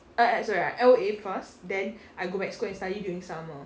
ah eh sorry I L_O_A first then I go back school and study during summer